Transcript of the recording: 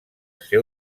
seu